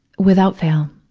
without fail,